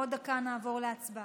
עוד דקה נעבור להצבעה.